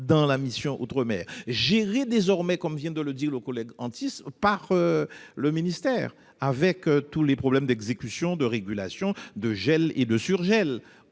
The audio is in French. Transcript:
dans la mission « Outre-mer », sont désormais gérées, comme vient de le dire Maurice Antiste, par le ministère, avec tous les problèmes d'exécution, de régulation de gel et de surgel